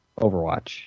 Overwatch